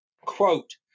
Quote